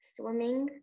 Swimming